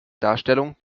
darstellung